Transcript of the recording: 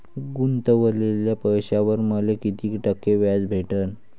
गुतवलेल्या पैशावर मले कितीक टक्के व्याज भेटन?